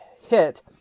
hit